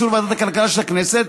באישור ועדת הכלכלה של הכנסת,